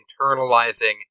internalizing